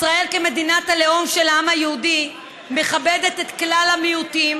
ישראל כמדינת הלאום של העם היהודי מכבדת את כלל המיעוטים